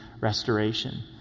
restoration